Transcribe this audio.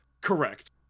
Correct